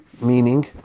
Meaning